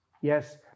yes